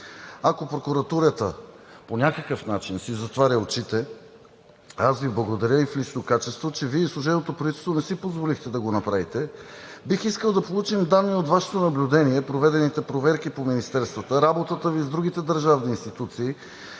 Ако прокуратурата по някакъв начин си затваря очите, аз Ви благодаря и в лично качество, че Вие и служебното правителство не си позволихте да го направите. Бих искал да получим данни от Вашето наблюдение за проведените проверки по министерствата, работата Ви с другите държавни институции,